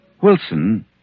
Wilson